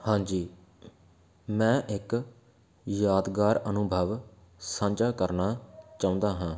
ਹਾਂਜੀ ਮੈਂ ਇੱਕ ਯਾਦਗਾਰ ਅਨੁਭਵ ਸਾਂਝਾ ਕਰਨਾ ਚਾਹੁੰਦਾ ਹਾਂ